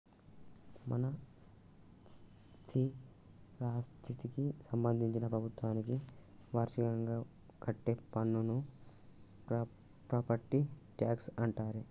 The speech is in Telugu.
మన స్థిరాస్థికి సంబందించిన ప్రభుత్వానికి వార్షికంగా కట్టే పన్నును ప్రాపట్టి ట్యాక్స్ అంటారే